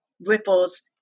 ripples